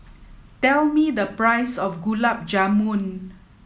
tell me the price of Gulab Jamun